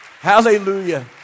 Hallelujah